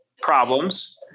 problems